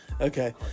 Okay